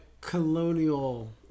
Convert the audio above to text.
colonial